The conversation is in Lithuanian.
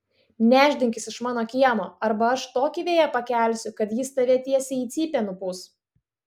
nešdinkis iš mano kiemo arba aš tokį vėją pakelsiu kad jis tave tiesiai į cypę nupūs